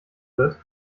wird